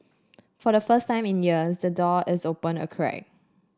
for the first time in years the door is open a crack